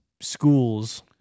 schools –